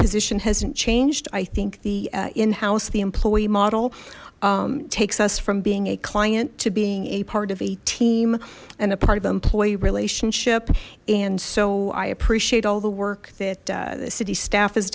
position hasn't changed i think the in house the employee model takes us from being a client to being a part of a team and a part of the employee relationship and so i appreciate all the work that the city staff has